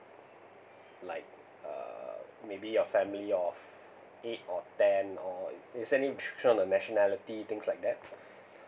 like uh maybe a family of eight or ten or is there any restriction on the nationality things like that